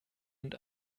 und